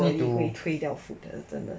nobody 可以退掉 food 的真的